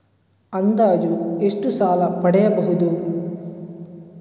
ಅಂದಾಜು ಎಷ್ಟು ಸಾಲ ಪಡೆಯಬಹುದು?